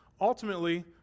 Ultimately